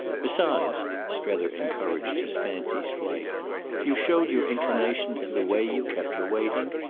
besides strether encouraged his fancy's flight you showed your inclination in the way you kept her waiting,